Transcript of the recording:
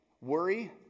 worry